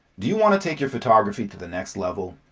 do you want to take your photography to the next level?